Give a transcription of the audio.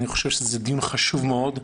אני חושב שזה דיון חשוב מאוד.